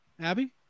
Abby